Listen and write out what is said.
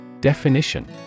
Definition